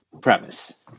premise